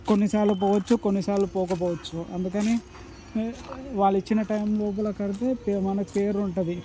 కొన్నిసార్లు పోవచ్చు కొన్నిసార్లు పోకపోవచ్చు అందుకని వాళ్ళు ఇచ్చిన టైం లోపల కడితే పే మనకు పేరు ఉంటుంది